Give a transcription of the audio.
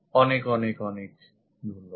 অনেক ধন্যবাদ